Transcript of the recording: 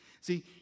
See